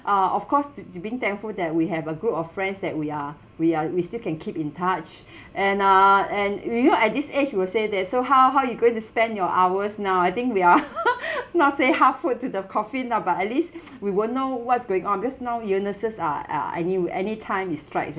uh of course the being thankful that we have a group of friends that we are we are we still can keep in touch and uh and you know at this age you will say that so how how you going to spend your hours now I think we are not say halfway to the coffin lah but at least we won't know what's going on because now illnesses are are anywhere anytime it strikes